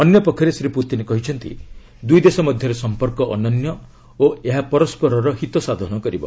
ଅନ୍ୟ ପକ୍ଷରେ ଶ୍ରୀ ପୁତିନ୍ କହିଛନ୍ତି ଦୁଇ ଦେଶ ମଧ୍ୟରେ ସମ୍ପର୍କ ଅନନ୍ୟ ଓ ଏହା ପରସ୍କରର ହିତସାଧନ କରିବ